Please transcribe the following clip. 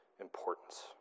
importance